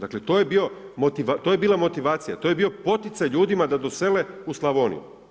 Dakle, to je bila motivacija, to je bio poticaj ljudima da dosele u Slavoniju.